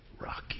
Rocky